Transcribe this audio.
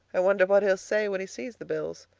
i wonder what he'll say when he sees the bills.